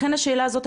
לכן השאלה הזאת,